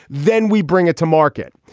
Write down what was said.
then we bring it to market.